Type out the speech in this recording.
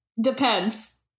Depends